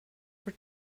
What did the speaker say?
were